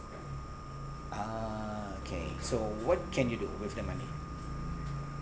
ah okay so what can you do with the money